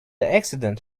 accident